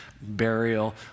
burial